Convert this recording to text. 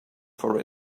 for